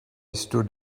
stood